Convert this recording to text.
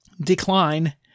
decline